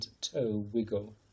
toe-wiggle